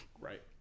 right